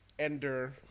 Ender